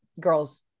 girls